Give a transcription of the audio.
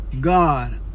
God